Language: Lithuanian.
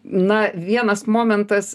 na vienas momentas